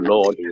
Lord